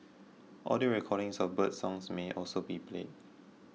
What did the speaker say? audio recordings of birdsong may also be played